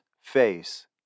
face